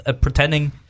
pretending